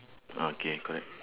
okay correct